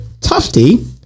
Tufty